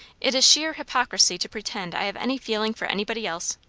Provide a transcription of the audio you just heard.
it is sheer hypocrisy to pretend i have any feeling for anybody else.